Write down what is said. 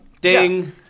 Ding